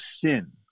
sin